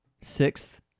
Sixth